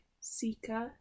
seeker